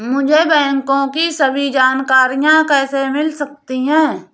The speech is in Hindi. मुझे बैंकों की सभी जानकारियाँ कैसे मिल सकती हैं?